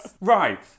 Right